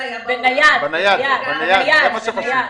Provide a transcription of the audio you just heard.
במכשיר נייד, וזה מה שחשוב.